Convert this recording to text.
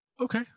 Okay